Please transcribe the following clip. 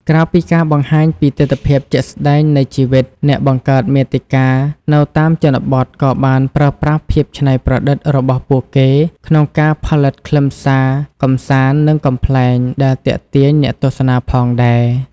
ក្រៅពីការបង្ហាញពីទិដ្ឋភាពជាក់ស្តែងនៃជីវិត អ្នកបង្កើតមាតិកានៅតាមជនបទក៏បានប្រើប្រាស់ភាពច្នៃប្រឌិតរបស់ពួកគេក្នុងការផលិតខ្លឹមសារកម្សាន្ត និងកំប្លែង ដែលទាក់ទាញអ្នកទស្សនាផងដែរ។